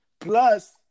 Plus